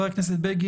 אני